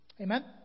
Amen